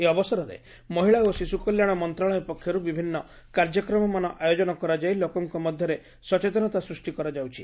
ଏହି ଅବସରରେ ମହିଳା ଓ ଶିଶୁକଲ୍ୟାଶ ମନ୍ତ୍ରଶାଳୟ ପକ୍ଷରୁ ବିଭିନ୍ନ କାର୍ଯ୍ୟକ୍ରମମାନ ଆୟୋଜନ କରାଯାଇ ଲୋକଙ୍କ ମଧ୍ୟରେ ସଚେତନତା ସୃଷ୍ଟି କରାଯାଉଛି